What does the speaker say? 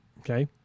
Okay